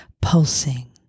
pulsing